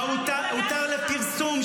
ב"הותר לפרסום",